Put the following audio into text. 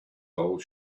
old